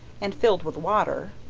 and filled with water,